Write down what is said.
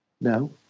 No